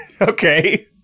Okay